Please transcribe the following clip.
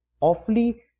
awfully